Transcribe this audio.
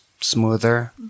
smoother